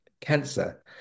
cancer